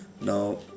Now